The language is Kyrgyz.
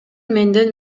менден